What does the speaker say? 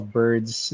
birds